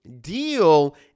deal